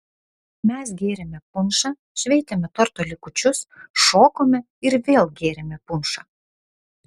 mes gėrėme punšą šveitėme torto likučius šokome ir vėl gėrėme punšą